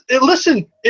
Listen